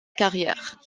carrière